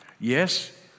Yes